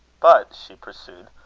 but, she pursued,